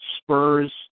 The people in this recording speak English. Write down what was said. spurs